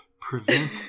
prevent